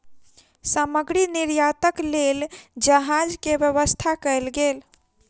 सामग्री निर्यातक लेल जहाज के व्यवस्था कयल गेल